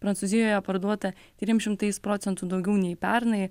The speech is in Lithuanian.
prancūzijoje parduota trims šimtais procentų daugiau nei pernai